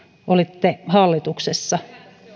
olitte hallituksessa